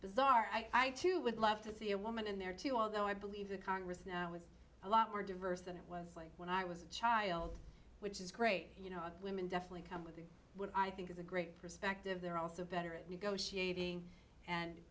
bizarre i too would love to see a woman in there too although i believe the congress was a lot more diverse than it was like when i was a child which is great you know women definitely come with what i think is a great perspective they're also better at negotiating and